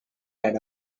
had